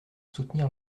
soutenir